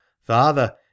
Father